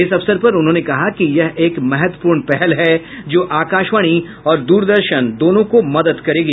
इस अवसर पर उन्होंने कहा कि यह एक महत्वपूर्ण पहल है जो आकाशवाणी और दूरदर्शन दोनों को मदद करेगी